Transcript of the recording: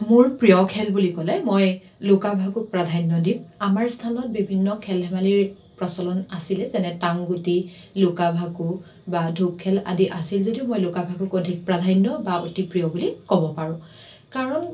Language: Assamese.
মোৰ প্ৰিয় খেল বুলি ক'লে মই লুকা ভাকুক প্ৰাধান্য দিম আমাৰ স্থানত বিভিন্ন খেল ধেমালিৰ প্ৰচলন আছিলে যেনে টাংগুটি লুকা ভাকু বা ঢোক খেল আদি আছিল যদিও মই লুকা ভাকুক অধিক প্ৰাধান্য বা অতি প্ৰিয় বুলি ক'ব পাৰোঁ কাৰণ